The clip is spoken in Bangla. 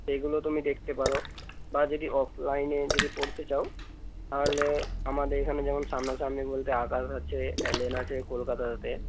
এগুলো তুমি দেখতে পারো বা যদি অফলাইনে যদি পড়তে চাও তাহলে আমাদের এখানে যেমন সামনাসামনি বলতে আকাশ আছে অ্যালেন আছে কলকাতাতে